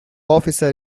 officer